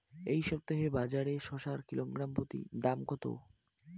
এই সপ্তাহে বাজারে শসার কিলোগ্রাম প্রতি দাম কত?